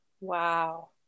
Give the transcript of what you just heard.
Wow